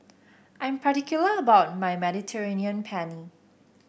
I'm particular about my Mediterranean Penne